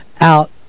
out